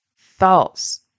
thoughts